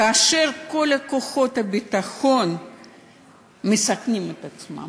כאשר כל כוחות הביטחון מסכנים את עצמם,